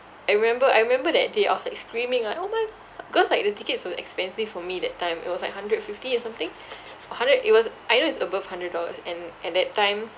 I remember I remember that day I was like screaming like oh my god cause like the tickets were expensive for me that time it was like hundred fifty or something or hundred it was I know it's above hundred dollars and at that time